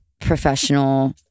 professional